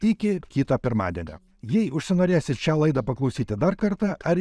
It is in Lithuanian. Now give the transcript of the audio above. iki kito pirmadienio jei užsinorėsit šią laidą paklausyti dar kartą ar